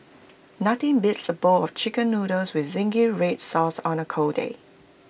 nothing beats A bowl of Chicken Noodles with Zingy Red Sauce on A cold day